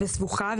סבוכה,